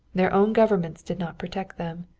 their own governments did not protect them.